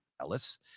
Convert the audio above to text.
Ellis